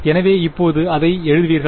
எனவே இப்போது அதை எப்படி எழுதுவீர்கள்